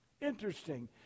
Interesting